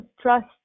trust